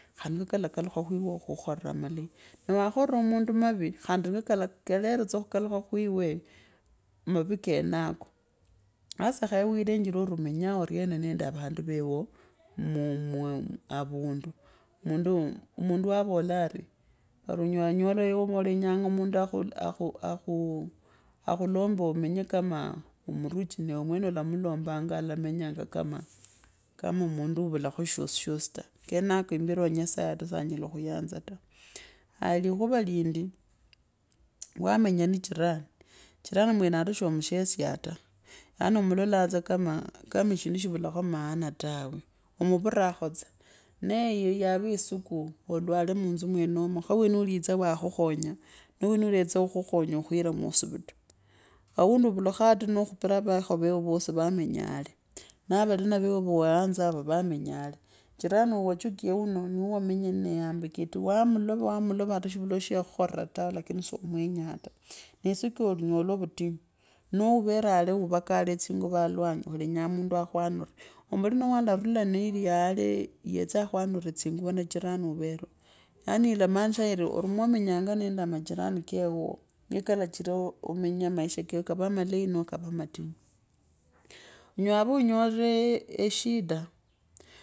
Khandi niko kalakalukha khwiwe ukhere amalei, waakhora muundu mavi mavi kalera khukalukha kowiwe, mavi kenako, hasa. Kenyawilenjara ori omenyaa oriena nende vandu veuoo, muu muu avandu, mundu, mundu avulanga ari onyelawanyola, khunyola mundu umtu akhulombe umenye kama omuvuchi newemwene olamulambaga alamenyanga kama, omundu huvula shosishosi ta. Kenako ata imberi wa nyasaye saa nyala khuyanze ta. Haya likhua lindi wamenya ni jirani mwene ata soo mushena ta, yaani omulalaa tsa kama eshindi shivalakho emaana tawe, umavuraakho tsa nee yawa isiku olwale munzu mwenomo, kha ni wina witsa wakhukhonya noo wina wetsa khukhonya khuire mwosivito aundu ovulakho ata nokhupira ovekho vosi wamenya hale, na valina vevo wawayanza avo va manya hale jirani wawachukia uno nuiwamenya nneye ambikati wamulowamulova haeto shivala shayakhukhora tawe lakini soo mwenyaa ta, nee isiku ya linyola autinyu, neo uvere yale niliyale yetse akhwanuare nsinguvo na jirani uvereo yaani ilamnoshiraa yari mwomenyanga nende madimnoni kewuwo niyo ilachira maisha kako kave amalei noo kave matunyu, unyala wa va unyoore shida eeh.